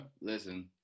listen